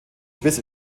bis